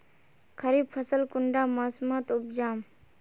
खरीफ फसल कुंडा मोसमोत उपजाम?